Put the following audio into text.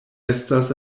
estas